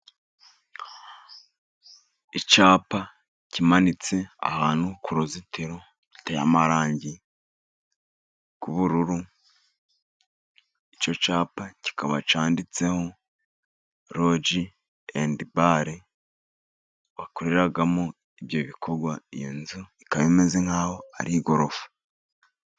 Icyapa kimanitse ahantu ku ruzitiro ruteye amarangi y'ubururu, icyo cyapa kikaba cyanditseho roji andi bare, bakoreramo ibyo bikorwa, iyo nzu ikaba imeze nk'aho ari igorofa.